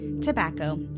tobacco